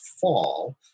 fall